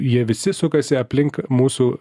jie visi sukasi aplink mūsų